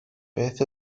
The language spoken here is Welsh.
beth